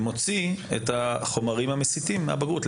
ומוציא את החומרים המסיתים מהבגרות?